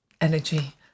energy